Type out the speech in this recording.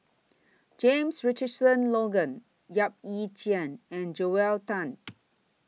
James Richardson Logan Yap Ee Chian and Joel Tan